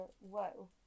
whoa